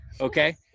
okay